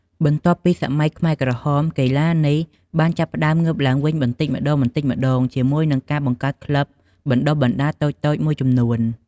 បន្ទាប់ពីសម័យខ្មែរក្រហម កីឡានេះបានចាប់ផ្ដើមងើបឡើងវិញបន្តិចម្ដងៗជាមួយនឹងការបង្កើតក្លឹបបណ្ដុះបណ្ដាលតូចៗមួយចំនួន។